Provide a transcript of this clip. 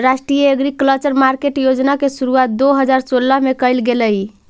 राष्ट्रीय agriculture market योजना के शुरुआत दो हज़ार सोलह में कैल गेलइ